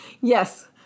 yes